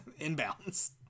inbounds